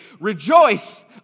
rejoice